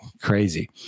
Crazy